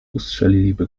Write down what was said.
ustrzeliliby